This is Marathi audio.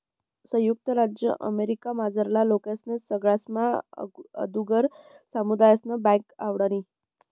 संयुक्त राज्य अमेरिकामझारला लोकेस्ले सगळास्मा आगुदर सामुदायिक बँक आवडनी